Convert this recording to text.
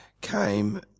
came